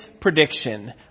prediction